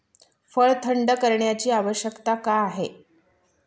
फळ थंड करण्याची आवश्यकता का आहे?